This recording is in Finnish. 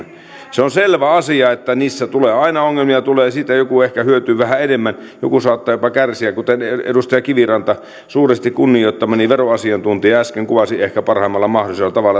se on selvä asia että niissä tulee aina ongelmia joku ehkä hyötyy vähän enemmän joku saattaa jopa kärsiä kuten edustaja kiviranta suuresti kunnioittamani veroasiantuntija äsken kuvasi ehkä parhaimmalla mahdollisella tavalla tätä